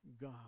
God